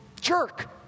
jerk